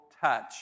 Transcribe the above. touch